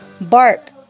bark